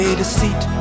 deceit